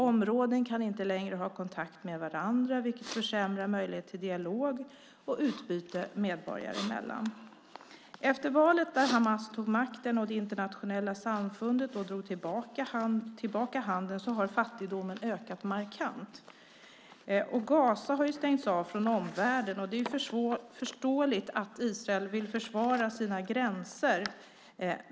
Områden kan inte längre ha kontakt med varandra, vilket försämrar möjligheten till dialog och utbyte medborgare emellan. Efter valet, där Hamas tog makten och det internationella samfundet drog tillbaka handeln, har fattigdomen ökat markant. Gaza har stängts av från omvärlden, och det är förståeligt att Israel vill försvara sina gränser.